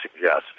suggest